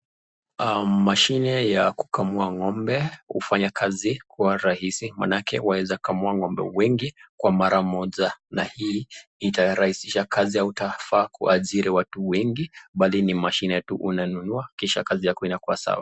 Mashini ya kukamua ngombe ya kufanya kazi kwa urahisi, manake waeza kamua kamua ngombe wengi , Kwa mara moja na ngombe hii itarahisisha kazi hautafaa kuajiri watu wengi. Bali ni mashini tu unanunua, kisha kazi yako inakuwa sawa.